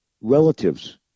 relatives